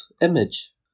image